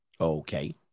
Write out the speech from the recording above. Okay